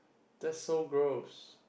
just so gross